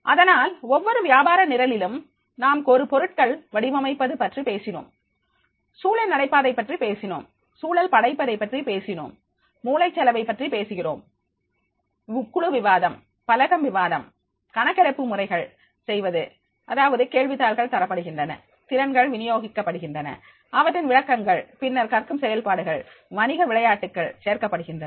அதனால் ஒவ்வொரு வியாபார நிரலிலும் நாம் பொருட்கள் வடிவமைப்பது பற்றி பேசினோம் சூழல் படைப்பதை பற்றி பேசுகிறோம் மூளைச்சலவை பற்றி பேசுகிறோம் குழுவிவாதம் பலகம் விவாதம் கணக்கெடுப்பு முறைகள் செய்வது அதாவது கேள்விதாள்கள் தரப்படுகின்றன திறன்கள் வினியோகிக்கப்படுகின்றன அவற்றின் விளக்கங்கள் பின்னர் கற்கும் செயல்பாடுகள் வணிக விளையாட்டுக்கள் சேர்க்கப்படுகின்றன